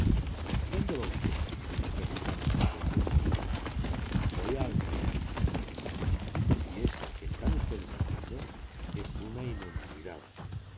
dónde va usted me preguntaron cuando hube subido voy a almería les respondí y eso que ustedes están haciendo es una inhumanidad